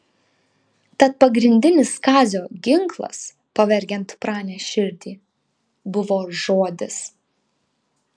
tad pagrindinis kazio ginklas pavergiant pranės širdį buvo žodis